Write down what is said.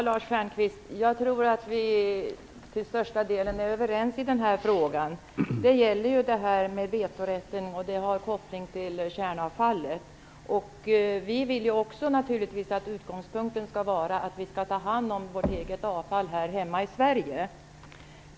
Herr talman! Jag tror att vi till största delen är överens i den här frågan, Lars Stjernkvist. Det gäller vetorätten, och den har koppling till kärnavfallet. Vi vill naturligtvis också att utgångspunkten skall vara att vi skall ta hand om vårt eget avfall här hemma i Sverige.